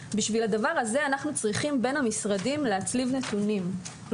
בשביל הדבר הזה אנחנו צריכים להצליב נתונים בין המשרדים.